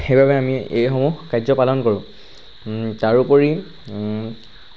সেইবাবে আমি এইসমূহ কাৰ্য পালন কৰোঁ তাৰোপৰি